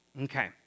Okay